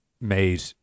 made